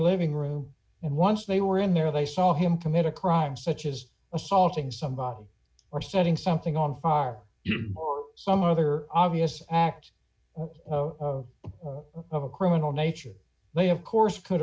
living room and once they were in there they saw him commit a crime such as assaulting somebody or setting something on fire some other obvious act of a criminal nature they of course could